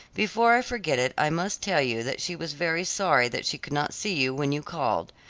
before i forget it i must tell you that she was very sorry that she could not see you when you called.